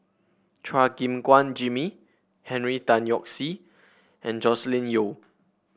Chua Gim Guan Jimmy Henry Tan Yoke See and Joscelin Yeo